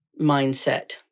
mindset